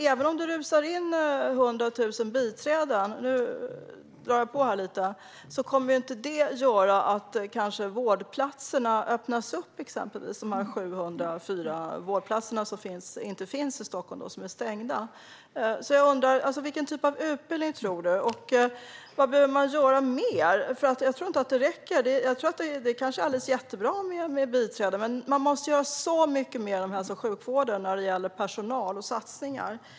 Även om det rusar in 100 000 biträden - nu drar jag på lite - kommer inte det att öppna upp vårdplatser, exempelvis de 704 vårdplatser som inte finns i Stockholm för att de är stängda. Jag undrar alltså vilken typ av utbildning du tror att biträdena behöver och vad man behöver göra mer, för jag tror inte att det räcker. Det kanske är jättebra med biträden, men man måste göra så mycket mer inom hälso och sjukvården när det gäller personal och satsningar.